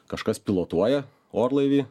kažkas pilotuoja orlaivį